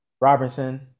Robinson